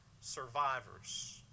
survivors